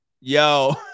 Yo